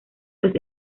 los